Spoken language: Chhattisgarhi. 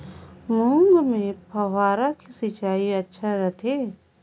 मूंग मे फव्वारा सिंचाई अच्छा रथे?